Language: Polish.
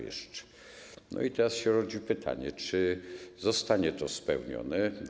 I teraz się rodzi pytanie, czy zostanie to spełnione.